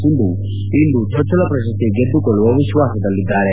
ಸಿಂಧು ಇಂದು ಚೊಚ್ಚಲ ಪ್ರಶಸ್ತಿ ಗೆದ್ದುಕೊಳ್ಳುವ ವಿಶ್ವಾಸದಲ್ಲಿದ್ದಾರೆ